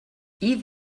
eve